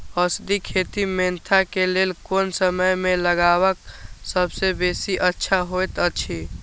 औषधि खेती मेंथा के लेल कोन समय में लगवाक सबसँ बेसी अच्छा होयत अछि?